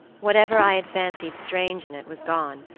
whatever i had fancied strange in it, was gone,